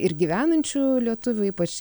ir gyvenančių lietuvių ypač